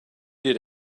did